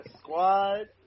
squad